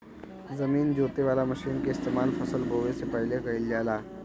जमीन जोते वाला मशीन के इस्तेमाल फसल बोवे से पहिले कइल जाला